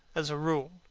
as a rule,